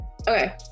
Okay